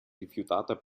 rifiutata